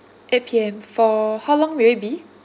eight P_M for how long will it be